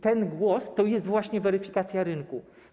Ten głos to jest właśnie weryfikacja rynku.